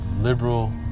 liberal